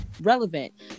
relevant